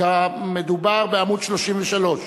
נתקבלה והסעיף נמחק.